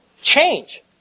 Change